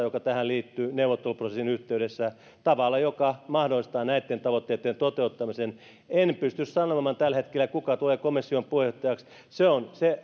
joka tähän liittyy neuvotteluprosessin yhteydessä tavalla joka mahdollistaa näitten tavoitteitten toteuttamisen en pysty sanomaan tällä hetkellä kuka tulee komission puheenjohtajaksi se on se